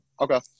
Okay